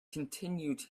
continued